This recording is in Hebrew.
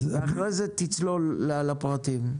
ואחרי זה תצלול לפרטים.